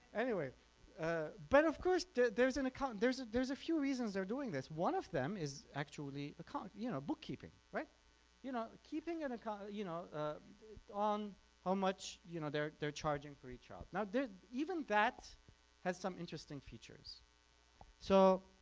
anyway ah but of course there's an account, there's there's a few reasons they're doing this. one of them is actually account you know bookkeeping, you know keeping an account you know ah on how much you know they're they're charging for each job. now even that has some interesting features so